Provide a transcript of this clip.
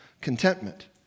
contentment